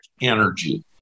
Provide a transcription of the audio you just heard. energy